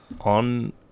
on